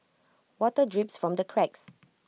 water drips from the cracks